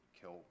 kill